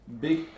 big